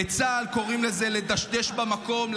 בצה"ל קוראים לזה לדשדש במקום,